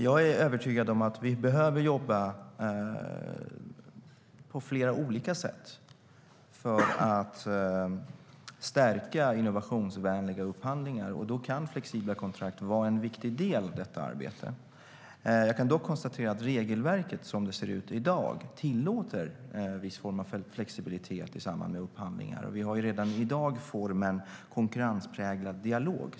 Jag är övertygad om att vi behöver jobba på flera olika sätt för att stärka innovationsvänliga upphandlingar. Då kan flexibla kontrakt vara en viktig del av arbetet. Jag kan dock konstatera att regelverket som det ser ut i dag tillåter viss form av flexibilitet i samband med upphandlingar. Vi har redan i dag formen konkurrenspräglad dialog.